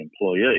employee